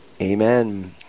Amen